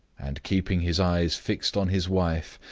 and keeping his eyes fixed on his wife.